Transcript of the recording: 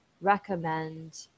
recommend